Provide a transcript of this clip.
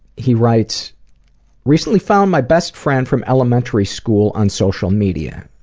he writes recently found my best friend from elementary school on social media.